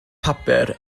papur